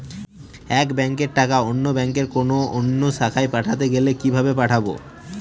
এক ব্যাংকের টাকা অন্য ব্যাংকের কোন অন্য শাখায় পাঠাতে গেলে কিভাবে পাঠাবো?